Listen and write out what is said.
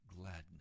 gladness